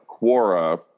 Quora